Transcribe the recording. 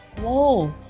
whoa!